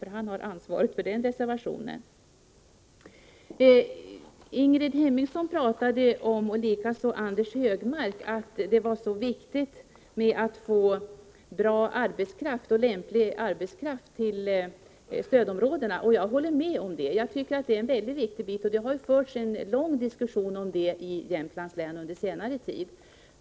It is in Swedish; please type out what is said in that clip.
Han har ansvaret för den reservationen. Ingrid Hemmingsson och Anders Högmark talade om att det var så viktigt att få bra och lämplig arbetskraft till stödområdena, och jag håller med om att det är en väldigt viktig bit. Det har förts en lång diskussion om detta i Jämtlands län under senare tid.